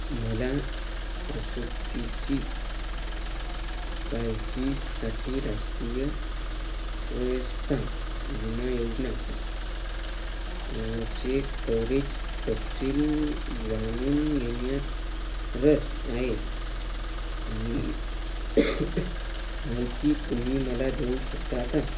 मला प्रसुतीची काळजीसाठी राष्ट्रीय स्वास्थ्य विमा योजना चे कववरेज तपशील जाणून घेण्यात रस आहे ती माहिती तुम्ही मला देऊ शकता का